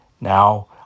Now